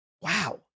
Wow